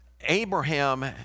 Abraham